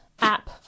app